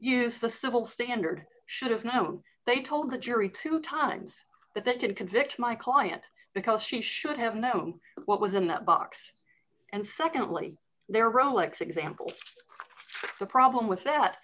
use the civil standard should have known they told the jury two times that they could convict my client because she should have known what was in that box and secondly there rolex example the problem with that